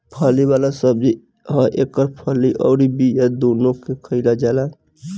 सेम फली वाला सब्जी ह एकर फली अउरी बिया दूनो के खाईल जाला